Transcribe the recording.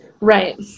Right